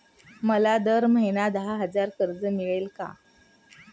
मला दर महिना दहा हजार कर्ज मिळेल का?